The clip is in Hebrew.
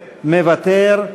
מוותר.